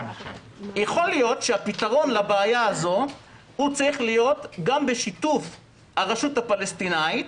יכול להיות שהפתרון לבעיה הזו צריך להיות בשיתוף הרשות הפלסטינאית,